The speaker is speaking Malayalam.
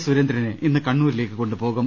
സുരേന്ദ്രനെ ഇന്ന് കണ്ണൂരിലേക്ക് കൊണ്ടുപോകും